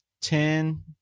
ten